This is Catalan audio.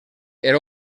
era